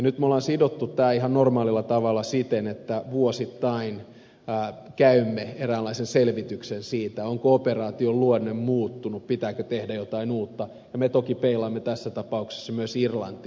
nyt me olemme sitoneet tämän ihan normaalilla tavalla siten että vuosittain käymme eräänlaisen selvityksen siitä onko operaation luonne muuttunut pitääkö tehdä jotain uutta ja me toki peilaamme tässä tapauksessa myös irlantia